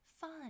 fun